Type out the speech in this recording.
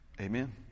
amen